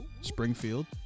Springfield